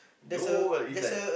Johor is like